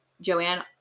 Joanne